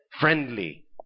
friendly